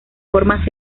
formas